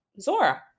Zora